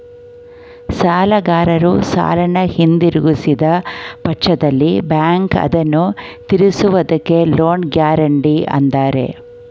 ಸಾಲಗಾರರು ಸಾಲನ ಹಿಂದಿರುಗಿಸಿದ ಪಕ್ಷದಲ್ಲಿ ಬ್ಯಾಂಕ್ ಅದನ್ನು ತಿರಿಸುವುದಕ್ಕೆ ಲೋನ್ ಗ್ಯಾರೆಂಟಿ ಅಂತಾರೆ